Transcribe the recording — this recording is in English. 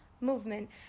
movement